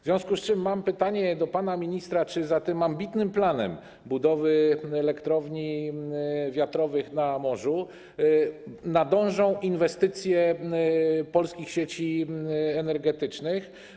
W związku z tym mam pytanie do pana ministra: Czy za tym ambitnym planem budowy elektrowni wiatrowych na morzu nadążą inwestycje polskich sieci energetycznych?